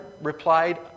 replied